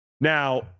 Now